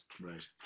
Right